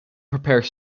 prepare